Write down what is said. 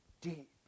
deep